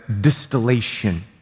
distillation